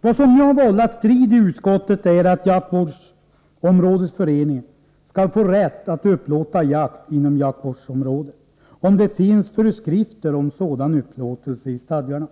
Vad som nu har vållat strid i utskottet är att jaktvårdsområdesföreningen skall få rätt att upplåta jakt inom jaktvårdsområdet, om det finns föreskrifter om sådan upplåtelse i stadgarna.